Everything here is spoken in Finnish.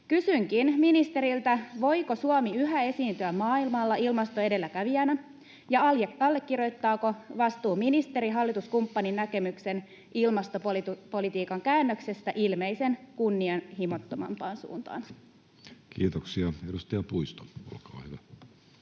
Kysynkin ministeriltä: voiko Suomi yhä esiintyä maailmalla ilmastoedelläkävijänä, ja allekirjoittaako vastuuministeri hallituskumppanin näkemyksen ilmastopolitiikan käännöksestä ilmeisen kunnianhimottomampaan suuntaan? Kiitoksia. — Edustaja Puisto, olkaa hyvä.